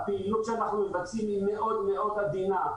הפעילות שאנחנו מבצעים היא מאוד מאוד עדינה.